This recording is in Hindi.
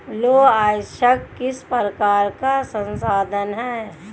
लौह अयस्क किस प्रकार का संसाधन है?